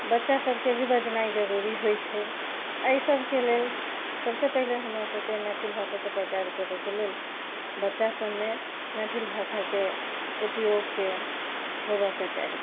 बच्चासभके भी बजनाइ जरुरी होइ छै एहिसबके लेल सभसँ पहिने हमरासभके मैथिल भाषाके प्रचार करयके लेल बच्चासभमे मैथिल भाषाके उपयोगके होबयके चाही